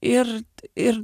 ir ir